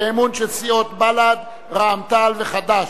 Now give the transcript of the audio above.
הצעת האי-אמון של סיעות בל"ד, רע"ם-תע"ל וחד"ש.